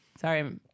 sorry